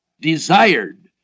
desired